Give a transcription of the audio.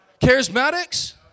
Charismatics